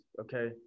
okay